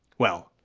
well,